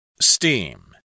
Steam